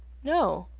no.